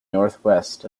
northwest